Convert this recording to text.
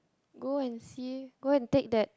go and see go and take that